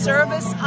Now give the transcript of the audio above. service